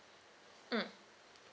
mm